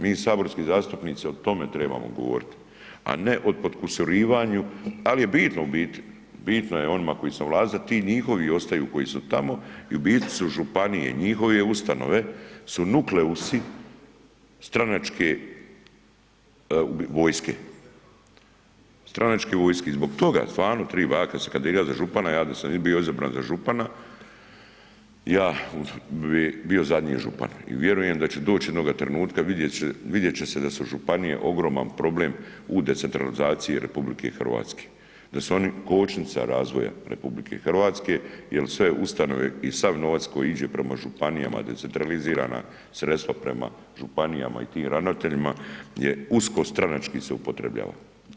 Mi saborski zastupnici o tome trebamo govoriti a od potkusurivanju, da li je bitno u biti, bitno je onima koji su na vlasti da ti njihovi ostaju koji su tamo i u biti su županije, njihove ustanove su nukleusi stranačke vojske, stranačke vojske i zbog toga stvarno treba, ja kad sam se kandidirao za župana, ja da sam i bio izabran za župana, ja bi bio zadnji župan i vjerujem da će doći jednoga trenutka, vidjet će se da su županije ogroman problem u decentralizaciji RH, da su oni kočnica razvoja RH jer sve ustanove i sav novac koji ide prema županijama, decentralizirana sredstva prema županijama i tim ravnateljima je usko stranačko stranački se upotrebljava.